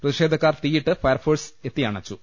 പ്രതിഷേധക്കാർ തീയിട്ടത് ഫയർഫോഴ്സ് എത്തി അണച്ചു